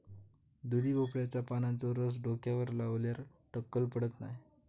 दुधी भोपळ्याच्या पानांचो रस डोक्यावर लावल्यार टक्कल पडत नाय